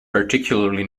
particularly